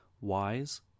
wise